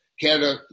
Canada